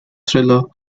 thriller